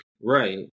Right